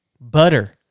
butter